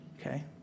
okay